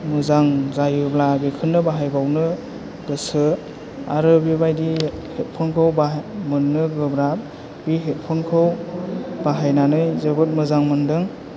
मोजां जायोब्ला बेखौनो बाहायबावनो गोसो आरो बेबादि हेदफनखौ मोन्नो गोब्राब बे हेदफनखौ बाहायनानै जोबोर मोजां मोनदों